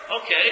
Okay